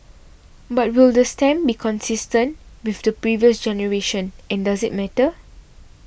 but will the stamp be consistent with the previous generation and does it matter